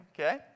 okay